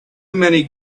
many